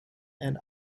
and